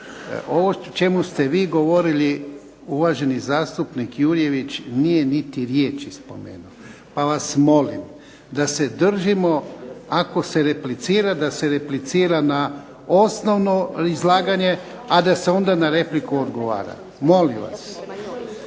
o čemu ste vi govorili uvaženi zastupnik Jurjević nije niti riječi spomenuo. Pa vas molim da se držimo, ako se replicira da se replicira na osnovno izlaganje, a da se onda na repliku odgovara. Molim vas!